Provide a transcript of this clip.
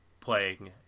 playing